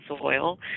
soil